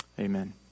Amen